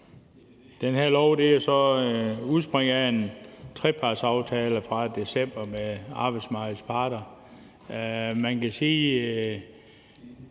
Det her lovforslag udspringer jo af en trepartsaftale fra december med arbejdsmarkedets parter. Man kan måske